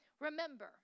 Remember